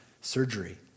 surgery